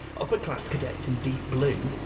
upper-class cadets in deep blue,